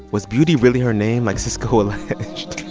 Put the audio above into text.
was beauty really her name, like sisqo alleged?